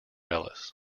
ellis